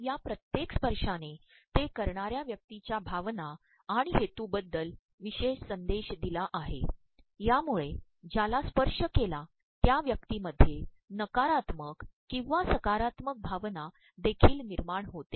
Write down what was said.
या ित्येक स्त्पशायने ते करणार् या व्यक्तीच्या भावना आणण हेतूबद्दल प्रवशेष संदेश द्रदला आहे यामळु े ज्याला स्त्पशय के ला त्या व्यक्तीमध्येनकारात्मक ककंवा सकारात्मक भावना देखील तनमायण होते